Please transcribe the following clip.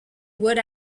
wood